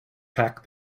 pack